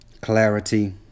clarity